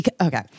okay